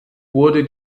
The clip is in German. wurde